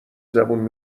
زبون